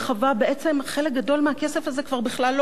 בעצם חלק גדול מהכסף הזה כבר בכלל לא כלוא,